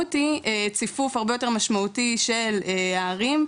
והמשמעות היא ציפוף הרבה יותר משמעותי של הערים,